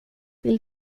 vill